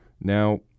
Now